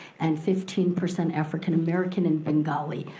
and fifteen percent african-american and bengali.